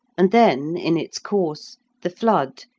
and then in its course the flood,